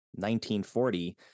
1940